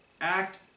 act